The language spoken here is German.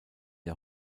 der